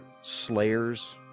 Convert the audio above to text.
slayers